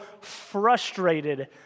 frustrated